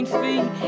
feet